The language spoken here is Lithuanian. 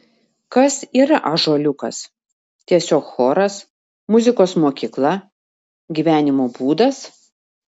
kas yra ąžuoliukas tiesiog choras muzikos mokykla gyvenimo būdas